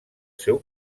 seu